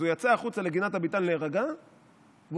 בלעדיך הוא